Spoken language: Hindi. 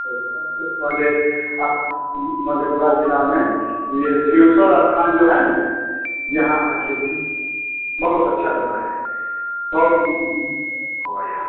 तो सबसे पहले आप मधेपुरा जिला में यह सिंघेश्वर स्थान जो है ना यहाँ आकर बहुत अच्छा जगह है बहुत है यहाँ